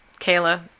Kayla